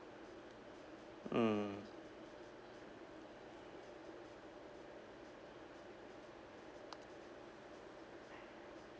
mm